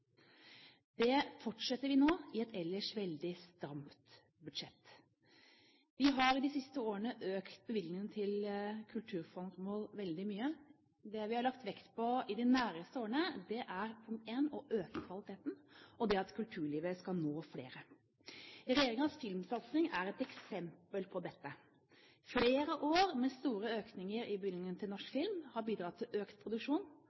Det fortsetter vi nå i et ellers veldig stramt budsjett. Vi har de siste årene økt bevilgningene til kulturformål veldig mye. Det vi har lagt vekt på i de næreste årene, er for det første å øke kvaliteten, og det at kulturlivet skal nå flere. Regjeringens filmsatsing er et eksempel på dette. Flere år med store økninger i bevilgningene til norsk film har bidratt til økt produksjon